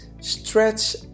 Stretch